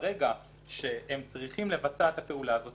ברגע שהם צריכים לבצע את הפעולה הזאת